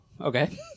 okay